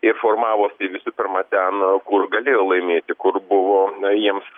ir formavosi visų pirma ten kur galėjo laimėti kur buvo jiems